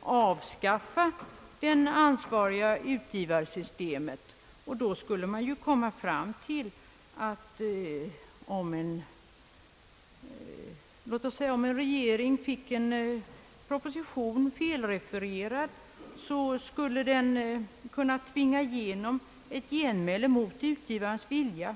avskaffa systemet med ansvarig utgivare; då skulle man ju komma fram till ett sådant system som att låt oss säga en regering, som finge en proposition felaktigt refererad, skulle kunna tvinga igenom ett genmäle i tidningen mot utgivarens vilja.